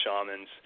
shamans